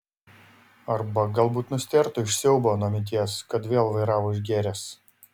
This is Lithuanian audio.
arba galbūt nustėrtų iš siaubo nuo minties kad vėl vairavo išgėręs